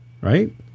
right